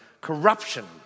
corruption